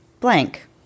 blank